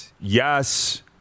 yes